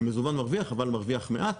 מזומן מרוויח אבל מרוויח מעט.